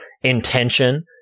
intention